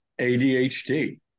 ADHD